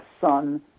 son